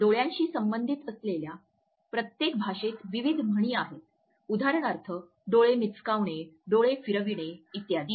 डोळ्यांशी संबंधित असलेल्या प्रत्येक भाषेत विविध म्हणी आहेत उदाहरणार्थ डोळे मिचकावणे डोळे फिरविणे इत्यादि